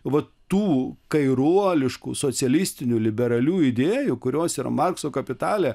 vat tų kairuoliškų socialistinių liberalių idėjų kurios yra markso kapitale